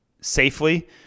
safely